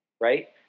right